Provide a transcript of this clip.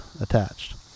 attached